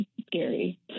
scary